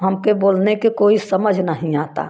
हमके बोलने के कोई समझ नहीं आता